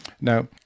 now